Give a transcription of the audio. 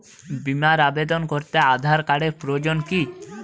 বিমার আবেদন করতে আধার কার্ডের প্রয়োজন কি?